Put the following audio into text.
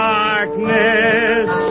darkness